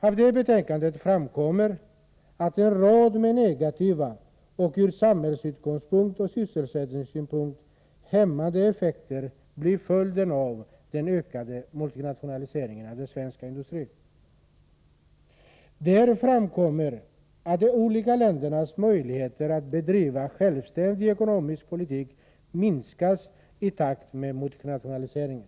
I detta betänkande redovisas att en rad negativa och ur samhällsoch sysselsättningssynpunkt hämmande effekter blir följden av den ökande multinationaliseringen av svensk industri. Det framgår att de olika ländernas möjligheter att bedriva självständig ekonomisk politik minskas i takt med multinationaliseringen.